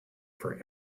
for